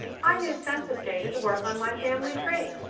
i use census data to work on my family tree.